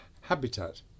Habitat